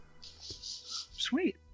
Sweet